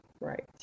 right